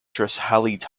todd